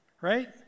right